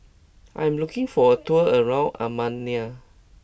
I am looking for a tour around Armenia